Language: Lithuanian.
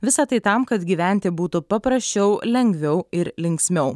visa tai tam kad gyventi būtų paprasčiau lengviau ir linksmiau